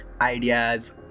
ideas